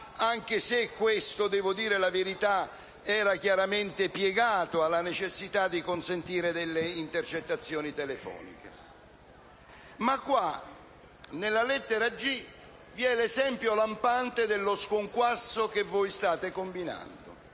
anche se devo riconoscere che ciò era chiaramente piegato alla necessità di consentire delle intercettazioni telefoniche. Ma nella lettera *g)* vi è l'esempio lampante dello sconquasso che voi state combinando.